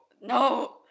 no